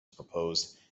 proposed